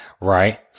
Right